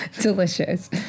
delicious